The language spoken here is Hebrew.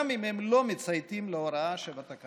גם אם הם לא מצייתים להוראה שבתקנות,